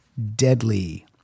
Deadly